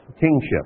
kingship